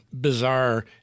bizarre